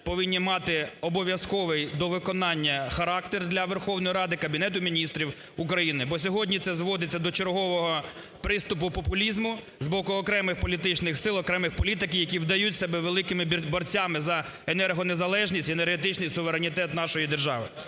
повинні мати обов'язків до виконання характер для Верховної Ради, Кабінету Міністрів України. Бо сьогодні це зводиться до чергового приступу популізму з боку окремих політичних сил, окремих політиків, які вдають себе великими борцями за енергонезалежність і енергетичний суверенітет нашої держави.